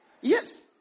Yes